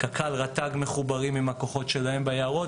קק"ל ורט"ג מחוברים עם הכוחות שלהם ביערות